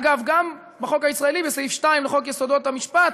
אגב, גם בחוק הישראלי, בחוק-יסוד: השפיטה,